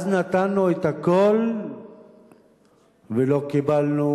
אז נתנו את הכול ולא קיבלנו,